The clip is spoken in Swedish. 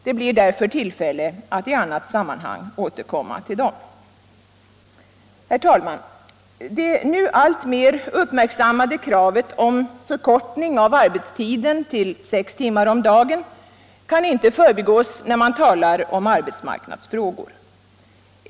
Det blir därför tillfälle att i annat sammanhang återkomma till dem. Herr talman! Det nu alltmer uppmärksammade kravet på en förkortning av arbetstiden till sex timmar om dagen kan inte förbigås när man talar om arbetsmarknadsfrågor.